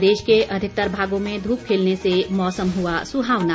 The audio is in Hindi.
प्रदेश के अधिकतर भागों में धूप खिलने से मौसम हुआ सुहावना